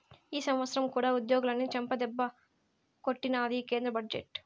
ఈ సంవత్సరం కూడా ఉద్యోగులని చెంపదెబ్బే కొట్టినాది ఈ కేంద్ర బడ్జెట్టు